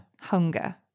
hunger